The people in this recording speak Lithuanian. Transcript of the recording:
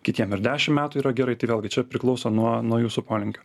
kitiem ir dešim metų yra gerai tai vėlgi čia priklauso nuo nuo jūsų polinkių